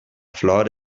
flor